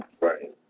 Right